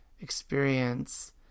experience